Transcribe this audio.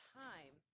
time